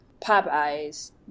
Popeyes